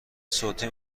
صوتی